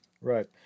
Right